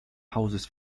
hauses